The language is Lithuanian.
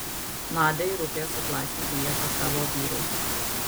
nadiai rūpės atlaisvinti vietą savo vyrui